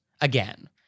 again